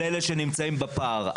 כל אלה שנמצאים בפער.